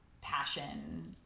passion